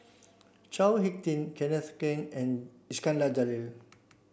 Chao Hick Tin Kenneth Keng and Iskandar Jalil